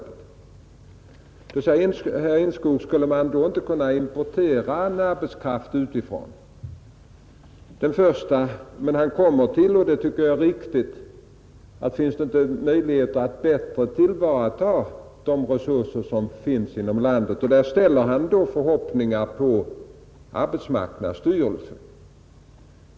Sedan frågar herr Enskog: Skulle man inte då kunna importera arbetskraft utifrån? Men han kommer också fram till, och det tycker jag är riktigt, att fråga om det inte finns möjligheter att bättre tillvarataga de resurser som finns inom landet. Han ställer förhoppningar på arbetsmarknadsstyrelsen.